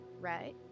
right